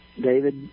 David